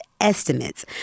estimates